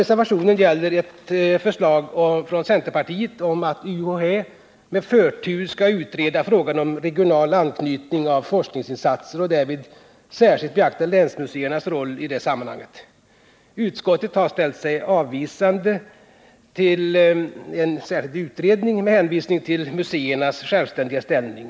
Reservationen 1 gäller ett förslag från centerpartiet om att UHÄ med förtur skall utreda frågan om regional anknytning av forskningsinsatser och därvid särskilt beakta länsmuseernas roll i det sammanhanget. Utskottet har ställt sig avvisande till en särskild utredning med hänvisning till museernas självständiga ställning.